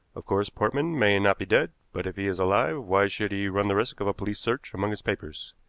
of course, portman may not be dead, but if he is alive why should he run the risk of a police search among his papers?